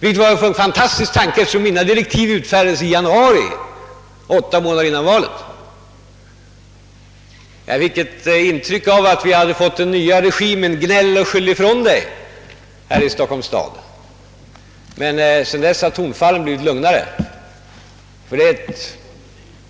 Det var en fantastisk tanke, eftersom mina direktiv utfärdades i januari, åtta månader före valet. Jag fick ett intryck av att vi hade fått den nya regimen »Gnäll och skyll ifrån dig» här i Stockholms stad. Men sedan dess har tonfallen blivit lugnare. Det gäller nämligen ett